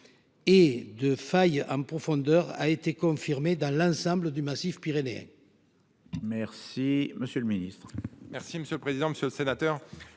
et de failles en profondeur a été confirmée dans l'ensemble du massif pyrénéen.